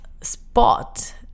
spot